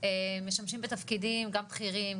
משמשים בתפקידים גם בכירים,